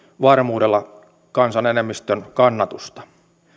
varmuudella kansan enemmistön kannatusta